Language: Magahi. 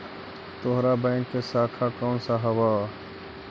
तोहार बैंक की शाखा कौन सा हवअ